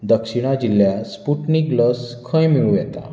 दक्षिणा जिल्ल्यांत स्पुटनिक लस खंय मेळूं येता